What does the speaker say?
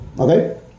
Okay